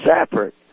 separate